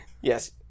Yes